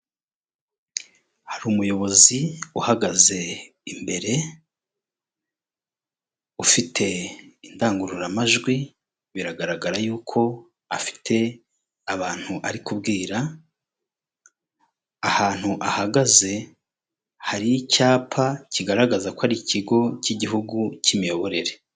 Hari umuyobozi uhagaze imbere ufite indangururamajwi biragaragara yuko afite abantu ari kubwira, ahantu ahagaze hari icyapa kigaragaza ko ari ikigo cy'igihugu cy'imiyoborere.